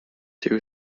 two